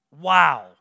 Wow